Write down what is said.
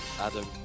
Adam